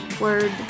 word